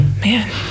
Man